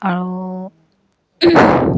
আৰু